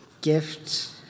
gifts